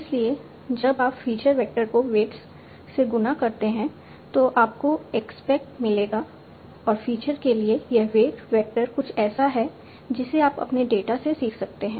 इसलिए जब आप फ़ीचर वेक्टर को वेट्स से गुणा करते हैं तो आपको एस्पेक्ट मिलेंगे और फ़ीचर के लिए यह वेट वेक्टर कुछ ऐसा है जिसे आप अपने डेटा से सीख सकते हैं